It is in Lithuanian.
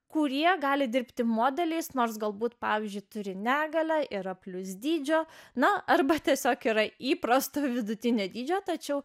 kurie gali dirbti modeliais nors galbūt pavyzdžiui turi negalią yra plius dydžio na arba tiesiog yra įprastų vidutinio dydžio tačiau